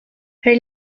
her